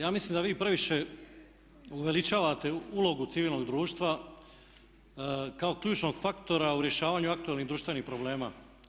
Ja mislim da vi previše uveličavate ulogu civilnog društva kao ključnog faktora u rješavanju aktualnih društvenih problema.